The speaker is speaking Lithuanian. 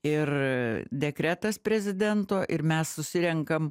ir dekretas prezidento ir mes susirenkam